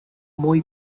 muy